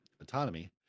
autonomy